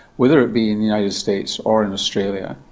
whether it be in the united states or in australia,